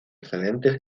excelentes